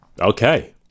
Okay